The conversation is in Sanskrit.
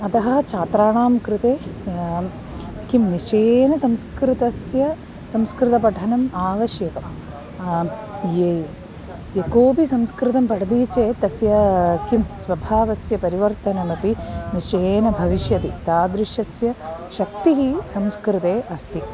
अतः छात्राणां कृते किं निश्चयेन संस्कृतस्य संस्कृतपठनम् आवश्यकं ये यः कोपि संस्कृतं पठति चेत् तस्य किं स्वभावस्य परिवर्तनमपि निश्चयेन भविष्यति तादृशस्य शक्तिः संस्कृते अस्ति